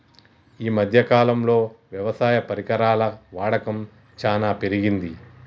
ఈ మధ్య కాలం లో వ్యవసాయ పరికరాల వాడకం చానా పెరిగింది